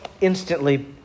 instantly